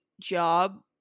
job